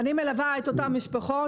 אני מלווה את אותן משפחות